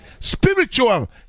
Spiritual